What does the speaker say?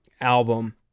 album